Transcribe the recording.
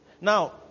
Now